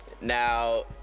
Now